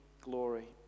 glory